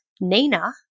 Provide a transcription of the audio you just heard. Nina